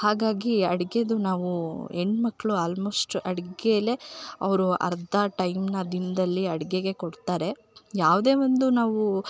ಹಾಗಾಗಿ ಅಡಿಗೆದು ನಾವೂ ಹೆಣ್ಣು ಮಕ್ಕಳು ಆಲ್ಮೋಸ್ಟ್ ಅಡಿಗೇಲೇ ಅವರು ಅರ್ಧ ಟೈಮ್ನದಿಂದಲೇ ಅಡಿಗೆಗೆ ಕೊಡ್ತಾರೆ ಯಾವುದೇ ಒಂದು ನಾವು